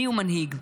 מיהו מנהיג?